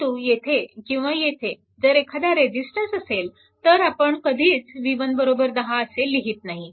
परंतु येथे किंवा येथे जर एखादा रेजिस्टन्स असेल तर आपण कधीच v1 10 असे लिहीत नाही